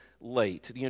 late